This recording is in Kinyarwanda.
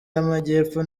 y’amajyepfo